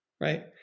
right